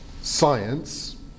science